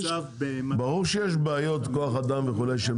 ברור שיש בעיות כוח אדם וכולי.